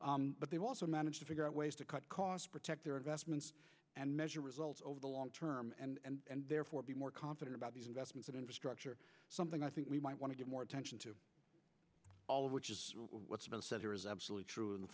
but they've also managed to figure out ways to cut costs protect their investments and measure results over the long term and therefore be more confident about these investments in infrastructure something i think we might want to get more attention to all of which is what's been said here is absolutely true in